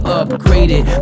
upgraded